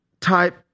type